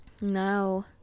No